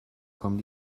kommen